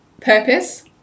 purpose